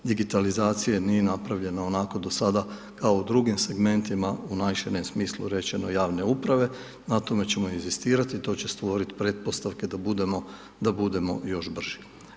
Digitalizacija nije napravljena onako do sada kao u drugim segmentima u najširem smislu rečeno javne uprave, na tome ćemo inzistirati i to će stvoriti pretpostavke da budemo još brži.